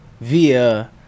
via